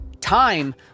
time